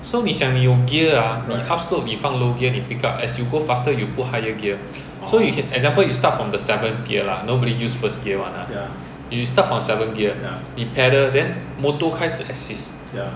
so 你想你有 gear ah 你 up slope 你放 low gear 你 pick up as you go faster you put higher gear so you can example you start from the seventh gear lah nobody use first gear [one] lah if you start from seventh gear 你 pedal then motor 开始 assist